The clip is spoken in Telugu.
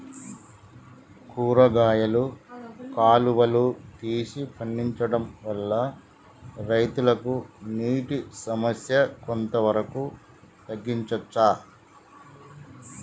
కూరగాయలు కాలువలు తీసి పండించడం వల్ల రైతులకు నీటి సమస్య కొంత వరకు తగ్గించచ్చా?